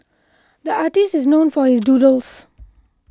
the artist is known for his doodles